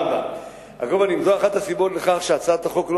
זאת אחת הסיבות לכך שהצעת החוק לא